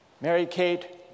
Mary-Kate